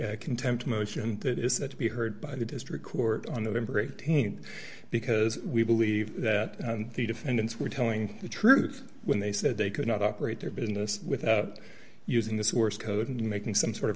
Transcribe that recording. a contempt motion that is set to be heard by the district court on november th because we believe that the defendants were telling the truth when they said they could not operate their business without using the source code and making some sort of